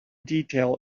detail